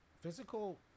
Physical